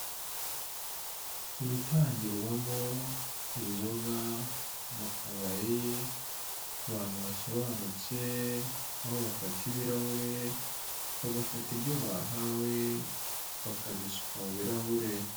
Itangirwamo inzoga mu kabari, abantu basobanutse, aho bafata ibirahure bagafata ibyo bahawe bakabisuka mu birahure.